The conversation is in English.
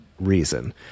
reason